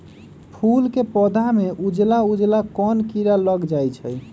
फूल के पौधा में उजला उजला कोन किरा लग जई छइ?